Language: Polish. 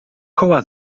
koła